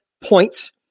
points